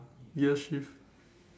yes yes